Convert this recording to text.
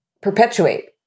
perpetuate